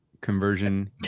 conversion